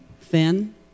thin